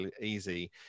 easy